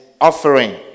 offering